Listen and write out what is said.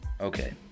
Okay